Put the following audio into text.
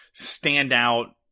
standout